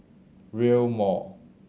Rail Mall